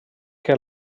que